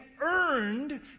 earned